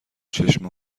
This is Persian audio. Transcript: چشم